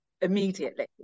immediately